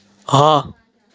હા